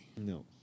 No